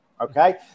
Okay